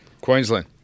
Queensland